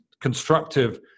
constructive